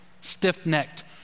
stiff-necked